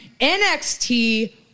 NXT